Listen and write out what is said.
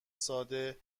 ساده